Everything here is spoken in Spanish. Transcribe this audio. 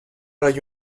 hay